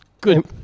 Good